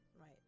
Right